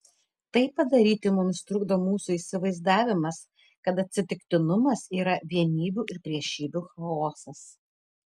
tai padaryti mums trukdo mūsų įsivaizdavimas kad atsitiktinumas yra vienybių ir priešybių chaosas